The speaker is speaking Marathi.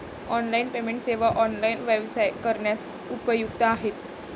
ऑनलाइन पेमेंट सेवा ऑनलाइन व्यवसाय करण्यास उपयुक्त आहेत